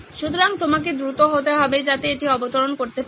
সুতরাং আপনাকে দ্রুত হতে হবে যাতে এটি অবতরণ করতে পারে